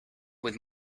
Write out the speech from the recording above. with